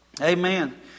Amen